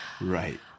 right